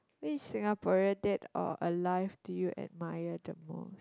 which Singaporean dead or alive do you admire the most